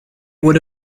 would